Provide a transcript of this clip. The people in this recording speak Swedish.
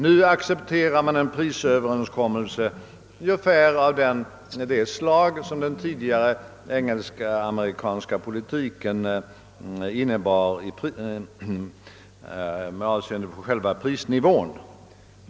Man accepterar en överenskommelse beträffande prisnivån av ungefär det slag som den tidigare engelsk-amerikanska politiken innebar.